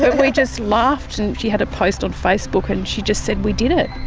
but we just laughed, and she had a post on facebook and she just said we did it!